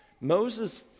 Moses